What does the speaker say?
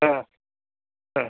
आ अ